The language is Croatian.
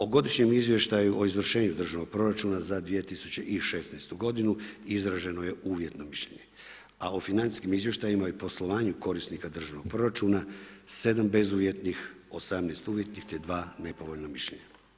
O godišnjem izvještaju o izvršenju državnog proračuna za 2016. godinu izraženo je uvjetno mišljenje a o financijskim izvještajima i poslovanju korisnika državnog proračuna, 7 bezuvjetnih, 18 uvjetnih te 2 nepovoljna mišljenja.